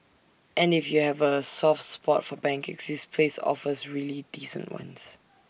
and if you have A soft spot for pancakes this place offers really decent ones